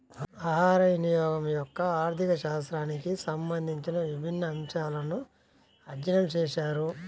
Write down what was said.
ఆహారవినియోగం యొక్క ఆర్థిక శాస్త్రానికి సంబంధించిన విభిన్న అంశాలను అధ్యయనం చేశారు